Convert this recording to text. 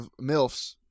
MILFs